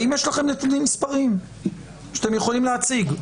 האם יש לכם נתונים מספריים שאתם יכולים להציג?